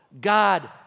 God